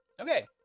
Okay